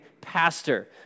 pastor